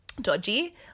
dodgy